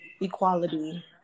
equality